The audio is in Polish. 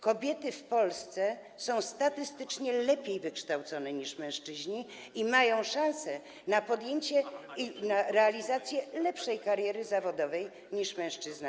Kobiety w Polsce są statystycznie lepiej wykształcone niż mężczyźni i mają szansę na podjęcie pracy, na realizację lepszej kariery zawodowej niż mężczyźni.